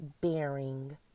bearing